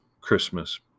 Christmas